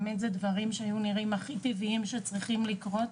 מדובר בדברים שנראה אך טבעי שיקרה.